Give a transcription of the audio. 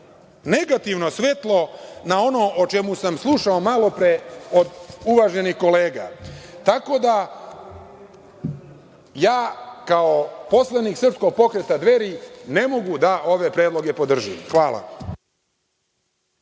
negativno svetlo na ono o čemu sam slušao malopre od uvaženih kolega. Tako da, ja kao poslanik Srpskog pokreta Dveri ne mogu da ove predloge podržim. Hvala